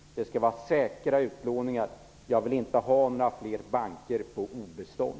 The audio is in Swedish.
Det skall vara säkra utlåningar. Jag vill inte ha fler banker på obestånd.